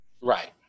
Right